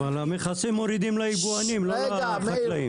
אבל המכסים מורידים ליבואנים, לא לחקלאים.